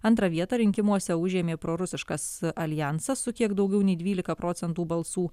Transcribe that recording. antrą vietą rinkimuose užėmė prorusiškas aljansas su kiek daugiau nei dvylika procentų balsų